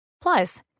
Plus